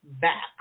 back